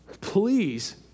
please